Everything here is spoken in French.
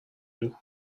noue